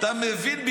אתה מבין?